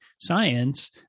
science